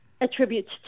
attributes